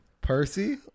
Percy